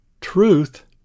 Truth